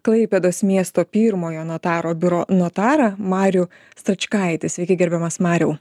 klaipėdos miesto pirmojo notaro biuro notarą marių stračkaitį sveiki gerbiamas mariau